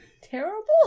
terrible